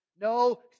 No